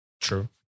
True